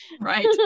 Right